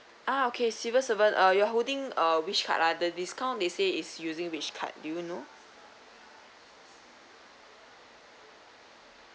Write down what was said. ah okay civil servant uh you're holding uh which card ah the discount they say is using which card do you know